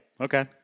Okay